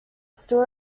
still